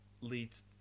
leads